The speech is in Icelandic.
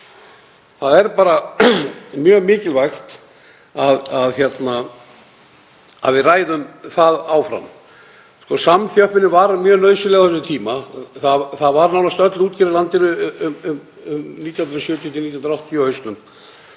Það er mjög mikilvægt að við ræðum það áfram. Samþjöppunin var mjög nauðsynleg á þessum tíma. Það var nánast öll útgerð í landinu um 1970–1980 á hausum